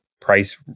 price